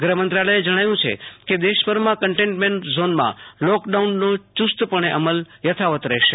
ગૃફ મંત્રાલયે જણાવ્યું છે કે દેશભરમાં કન્ટેનમેન્ટ ઝોનમાં લોકડાઉનનો ચુસ્તપણે અમલ થથાવત રહેશે